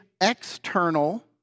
external